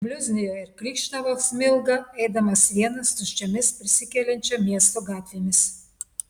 bliuznijo ir krykštavo smilga eidamas vienas tuščiomis prisikeliančio miesto gatvėmis